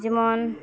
ᱡᱮᱢᱚᱱ